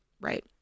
Right